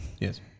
Yes